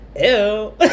Ew